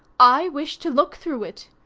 i wish to look through it.